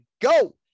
go